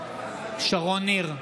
שרון ניר,